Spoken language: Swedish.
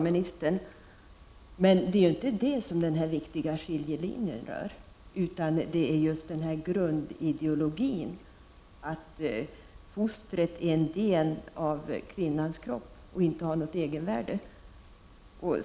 Men det är ju inte där som skiljelinjen går, utan det är i fråga om grundideologin, att fostret är en del av kvinnans kropp och inte har något egenvärde.